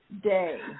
day